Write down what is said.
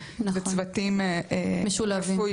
זה צוותים רפואיים.